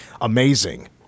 amazing